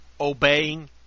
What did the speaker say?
obeying